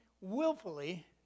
willfully